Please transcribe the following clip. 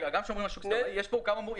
כשמדברים על השוק הסיטונאי, יש כאן מורכבויות.